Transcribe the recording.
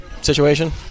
situation